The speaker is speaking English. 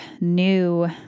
new